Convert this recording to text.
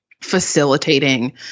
facilitating